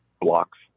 blocks